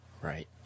Right